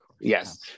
Yes